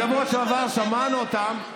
בשבוע שעבר שמענו אותם,